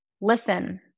listen